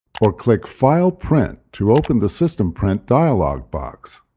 or click file, print to open the system print dialog box.